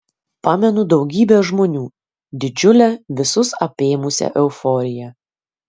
pamenu daugybę žmonių didžiulę visus apėmusią euforiją